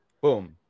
boom